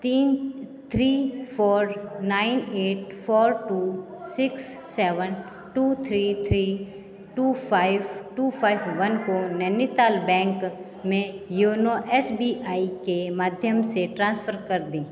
तीन three four nine eight four two six seven two three three two five two five one को Nainital bank में YONO S B I के माध्यम से transfer कर दें